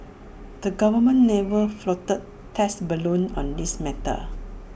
the government never floated test balloons on this matter